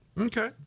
Okay